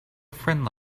friend